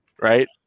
right